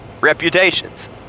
reputations